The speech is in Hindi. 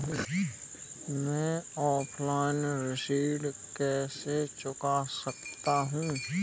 मैं ऑफलाइन ऋण कैसे चुका सकता हूँ?